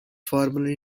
formally